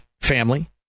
family